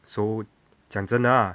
so 讲真的 ah